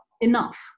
enough